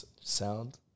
sound